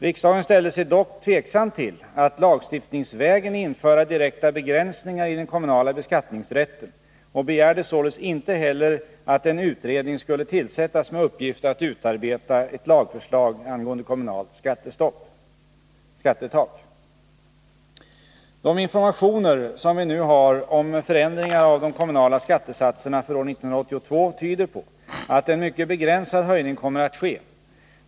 Riksdagen ställde sig dock tveksam till att lagstiftningsvägen införa direkta begränsningar i den kommunala beskattningsrätten och begärde således inte heller att en utredning skulle tillsättas med uppgift att utarbeta ett lagförslag angående kommunalt skattetak. De informationer som vi nu har om förändringar av de kommunala skattesatserna för år 1982 tyder på att en mycket begränsad höjning kommer att ske.